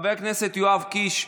חבר כנסת יואב קיש,